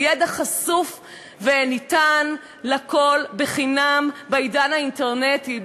הידע חשוף וניתן לכול בחינם בעידן האינטרנטי.